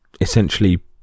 essentially